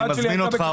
אני מזמין אותך,